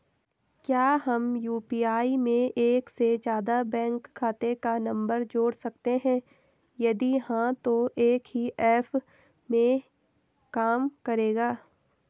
क्या हम यु.पी.आई में एक से ज़्यादा बैंक खाते का नम्बर जोड़ सकते हैं यदि हाँ तो एक ही ऐप में काम करेगा?